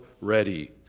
ready